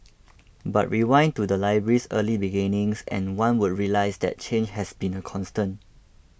but rewind to the library's early beginnings and one would realise that change has been a constant